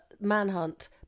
Manhunt